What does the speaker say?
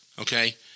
Okay